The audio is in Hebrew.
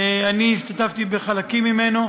שאני השתתפתי בחלקים ממנו.